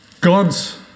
God's